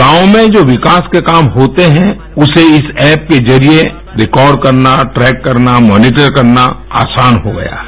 गाँव में जो विकास के काम होते हैं उसे इस ऐप के जरिये रिकॉर्ड करना ट्रेक करना मॉनिटर करना आसान हो गया है